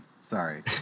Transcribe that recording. Sorry